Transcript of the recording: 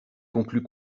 conclut